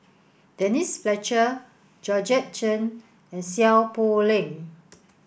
Denise Fletcher Georgette Chen and Seow Poh Leng